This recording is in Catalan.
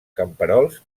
camperols